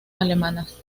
alemanas